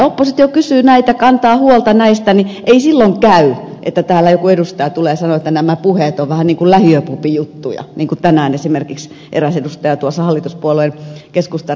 kun oppositio kysyy näitä kantaa huolta näistä niin ei silloin käy että täällä joku edustaja tulee sanomaan että nämä puheet ovat vähän niin kuin lähiöpubijuttuja niin kuin tänään esimerkiksi eräs edustaja tuossa hallituspuolueen keskustan riveistä sanoi